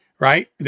Right